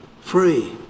free